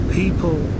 people